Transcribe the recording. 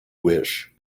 wish